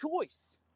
choice